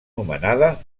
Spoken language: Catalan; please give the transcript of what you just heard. nomenada